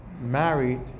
married